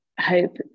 Hope